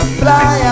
fly